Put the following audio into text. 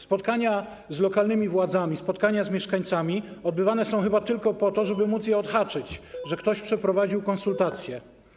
Spotkania z lokalnymi władzami, spotkania z mieszkańcami odbywane są chyba tylko po to, żeby móc odhaczyć, że ktoś przeprowadził konsultacje.